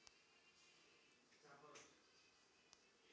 టైర్లలో కొత్త సాంకేతిక మెలకువలను వాడి రబ్బర్ని వినియోగిస్తారట